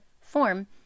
form